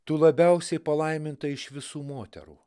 tu labiausiai palaiminta iš visų moterų